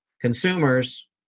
Consumers